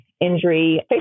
injury